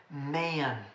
man